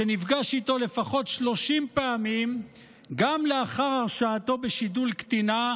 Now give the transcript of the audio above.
שנפגש איתו לפחות 30 פעמים גם לאחר הרשעתו בשידול קטינה,